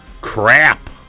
crap